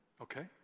Okay